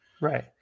Right